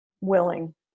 willing